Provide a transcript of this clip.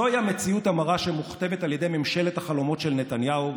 זוהי המציאות המרה שמוכתבת על ידי ממשלת החלומות של נתניהו,